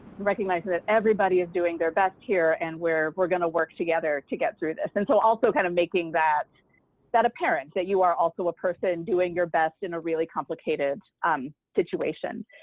recognizing that everybody is doing their best here and where we're going to work together to get through this, and so also kind of making that that apparent that you are also a person doing your best in a really complicated um situation.